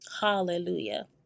Hallelujah